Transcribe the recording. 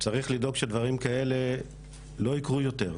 צריך לדאוג שדברים כאלה לא יקרו יותר,